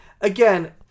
Again